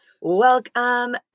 Welcome